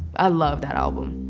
i love that album.